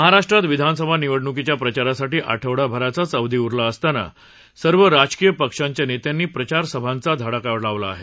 महाराष्ट्रात विधानसभा निवडणुकीच्या प्रचारासाठी आठवडाभराचाच अवधी उरला असताना सर्व राजकीय पक्षांच्या नेत्यांनी प्रचारसभांचा धडका लावला आहे